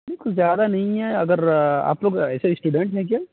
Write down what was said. نہیں کوئی زیادہ نہیں ہے اگر آپ لوگ ایسے اسٹوڈینٹ ہیں کیا